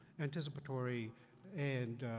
anticipatory and